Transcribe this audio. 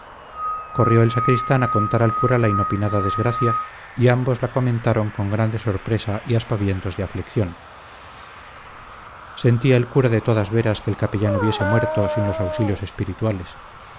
corrió el sacristán a contar al cura la inopinada desgracia y ambos la comentaron con grande sorpresa y aspavientos de aflicción sentía el cura de todas veras que el capellán hubiese muerto sin los auxilios espirituales